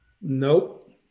Nope